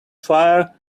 fire